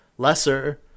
Lesser